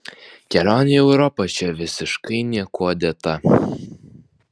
kelionė į europą čia visiškai niekuo dėta